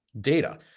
data